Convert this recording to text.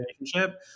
relationship